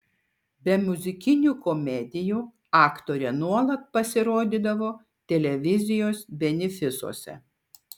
be muzikinių komedijų aktorė nuolat pasirodydavo televizijos benefisuose